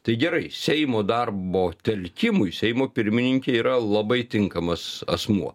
tai gerai seimo darbo telkimui seimo pirmininkė yra labai tinkamas asmuo